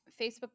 Facebook